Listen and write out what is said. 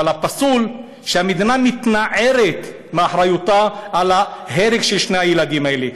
אבל הפסול הוא שהמדינה מתנערת מאחריותה להרג של שני הילדים האלה.